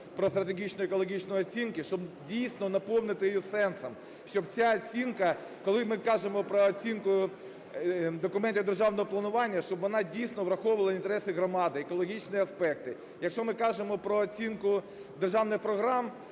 про стратегічну екологічну оцінку, щоб, дійсно, наповнити її сенсом. Щоб ця оцінка, коли ми кажемо про оцінку документів державного планування, щоб вона, дійсно, враховувала інтереси громади, екологічні аспекти. Якщо ми кажемо про оцінку державних програм,